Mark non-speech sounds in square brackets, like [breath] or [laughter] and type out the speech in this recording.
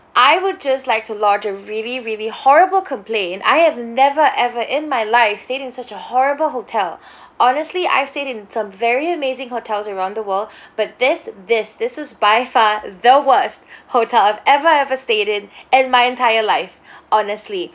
I would just like to lodge a really really horrible complaint I have never ever in my life stayed in such a horrible hotel [breath] honestly I've stayed in some very amazing hotels around the world [breath] but this this this was by far the worst [breath] hotel I've ever ever stayed in [breath] in my entire life [breath] honestly